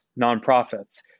nonprofits